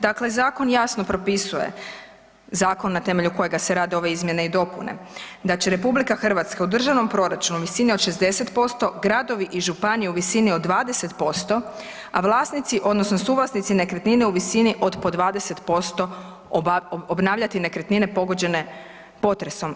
Dakle, zakon jasno propisuje, zakon na temelju kojega se rade ove izmjene i dopune, da će RH u državnom proračunu visine od 60%, gradovi i županije u visini od 20%, a vlasnici, odnosno suvlasnici nekretnine u visini od po 20% obnavljati nekretnine pogođene potresom.